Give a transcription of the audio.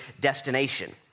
destination